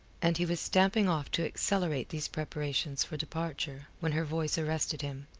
and he was stamping off to accelerate these preparations for departure, when her voice arrested him.